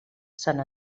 sant